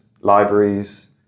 libraries